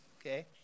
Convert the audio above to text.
okay